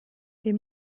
les